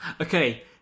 Okay